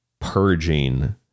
purging